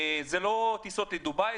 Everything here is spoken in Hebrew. אלה לא טיסות לחופש בדובאי,